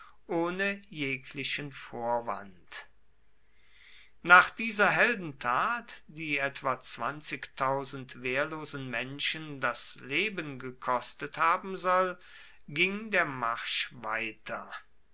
ohne jeglichen vorwand nach dieser heldentat die etwa wehrlosen menschen das leben gekostet haben soll ging der marsch weiter